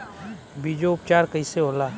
बीजो उपचार कईसे होला?